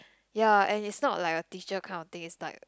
ya and it's not like a teacher kind of thing it's like